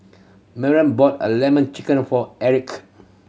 Merl bought a Lemon Chicken for Erick